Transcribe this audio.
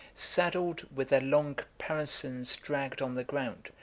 saddled, with their long comparisons dragging on the ground,